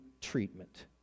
treatment